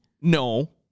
No